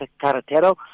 Carretero